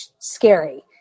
scary